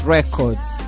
Records